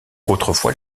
autrefois